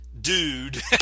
dude